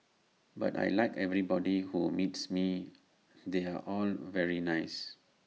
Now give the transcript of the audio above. but I Like everybody who meets me they're all very nice